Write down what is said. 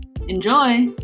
enjoy